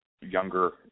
younger